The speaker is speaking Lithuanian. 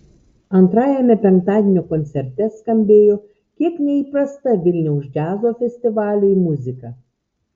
antrajame penktadienio koncerte skambėjo kiek neįprasta vilniaus džiazo festivaliui muzika